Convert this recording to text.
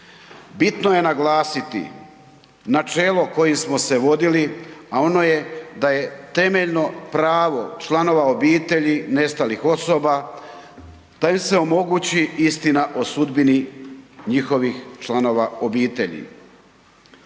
Bitno je naglasiti načelo kojim smo se vodili, a ono je da je temeljno pravo članova obitelji nestalih osoba da im se omogući istina o sudbini njihovih članova obitelji.